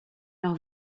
leur